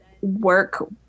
work